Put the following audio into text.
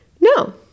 No